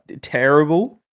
terrible